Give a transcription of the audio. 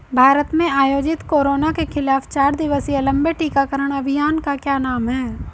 भारत में आयोजित कोरोना के खिलाफ चार दिवसीय लंबे टीकाकरण अभियान का क्या नाम है?